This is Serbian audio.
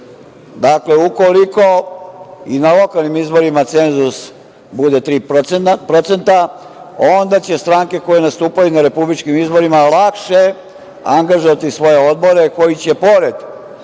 Dakle, ukoliko i na lokalnim izborima cenzus bude 3%, onda će stranke koje nastupaju na republičkim izborima lakše angažovati svoje odbore koji će pored